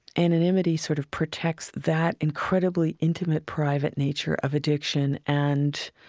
anonymity sort of protects that incredibly intimate private nature of addiction and,